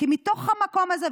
כי בתוך המקום הזה,